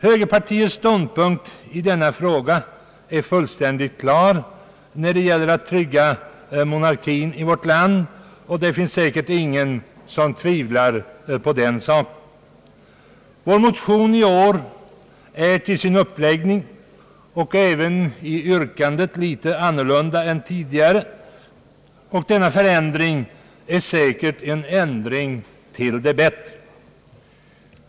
Högerpartiets ståndpunkt i fråga om att trygga monarkin i vårt land är fullständigt klar det finns säkert ingen som tvivlar på den saken. Vår motion i år är till sin uppläggning och även i yrkandet litet annorlunda än tidigare, och denna förändring är säkert en ändring till det bättre.